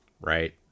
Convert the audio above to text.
right